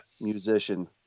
musician